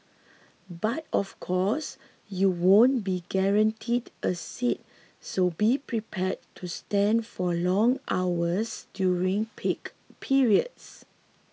but of course you won't be guaranteed a seat so be prepared to stand for long hours during peak periods